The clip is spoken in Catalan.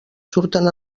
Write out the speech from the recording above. surten